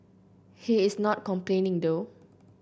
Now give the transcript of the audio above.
he is not complaining though